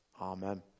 Amen